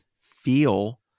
feel